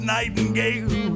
Nightingale